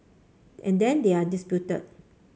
and then they are disputed